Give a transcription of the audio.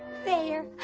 there,